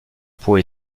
pau